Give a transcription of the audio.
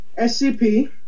SCP